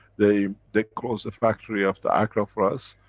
they, they closed the factory of the accra for us,